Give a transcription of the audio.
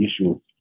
issues